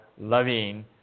loving